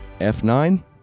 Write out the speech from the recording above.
F9